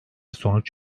sonuç